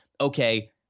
okay